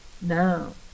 now